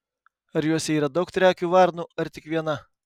ar juose yra daug triakių varnų ar tik viena